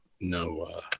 no